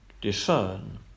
discern